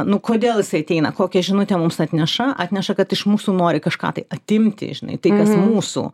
nu kodėl jisai ateina kokią žinutę mums atneša atneša kad iš mūsų nori kažką tai atimti žinai tai kas mūsų